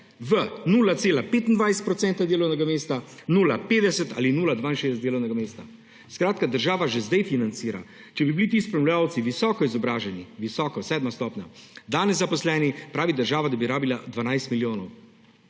v 0,25 % delovnega mesta, 0,50 ali 0,62 % delovnega mesta. Država že sedaj financira. Če bi bili ti spremljevalci visoko izobraženi, visoko, sedma stopnja, danes zaposleni, pravi država, da bi rabila 12 milijonov.